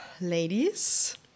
ladies